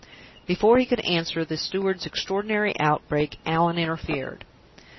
before he could answer the steward's extraordinary outbreak, allan interfered.